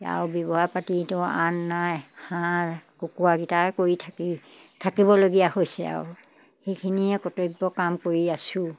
আৰু ব্যৱসায় পাতিটো আন নাই হাঁহ কুকুৰাকেইটাই কৰি থাকি থাকিবলগীয়া হৈছে আৰু সেইখিনিয়ে কৰ্তব্য কাম কৰি আছো